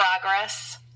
progress